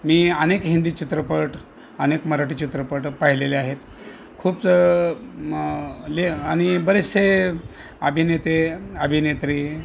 मी अनेक हिंदी चित्रपट अनेक मराठी चित्रपट पाहिलेले आहेत खूप ले आणि बरेचसे अभिनेते अभिनेत्री